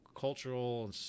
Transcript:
cultural